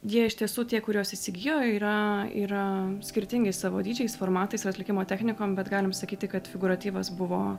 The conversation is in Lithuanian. jie iš tiesų tie kuriuos įsigijo yra yra skirtingi savo dydžiais formatais atlikimo technikom bet galim sakyti kad figūratyvas buvo